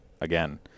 again